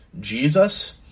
Jesus